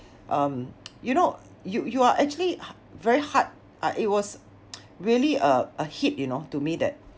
um you know you you are actually very hard ah it was really a a hit you know to me that